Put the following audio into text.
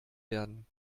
werden